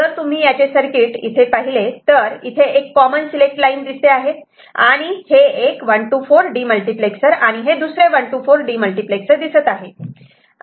जर तुम्ही याचे सर्किट पाहिले तर इथे एक कॉमन सिलेक्ट लाईन दिसते आहे आणि हे एक 1 to 4 डीमल्टिप्लेक्सर आणि हे दुसरे 1 to 4 डीमल्टिप्लेक्सर दिसत आहे